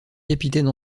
capitaine